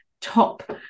top